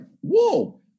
whoa